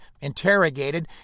interrogated